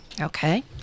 Okay